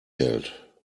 hält